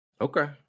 okay